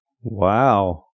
wow